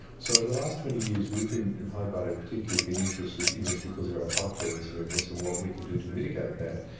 so over the last twenty years we've been, in hobart in particular we've been interested in this because of our high prevalence of ms and what we can do to mitigate that,